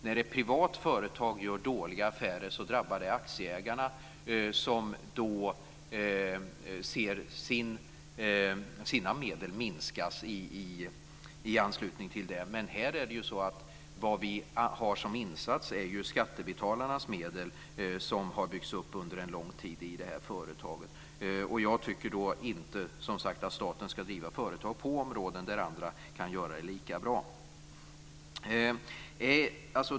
När ett privat företag gör dåliga affärer så drabbar det aktieägarna som då ser sina medel minska i anslutning till det. Men här är det ju så att vad vi har som insats är skattebetalarnas medel som har byggts upp under en lång tid i det här företaget. Jag tycker då inte att staten ska driva företag på områden där andra kan gör det lika bra.